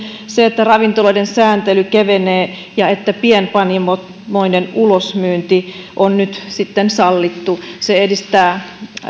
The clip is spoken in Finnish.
se että ravintoloiden sääntely kevenee ja että pienpanimoiden ulosmyynti on nyt sitten sallittu se edistää